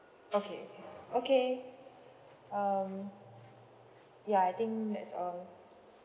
okay okay um ya I think that's all